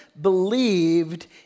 believed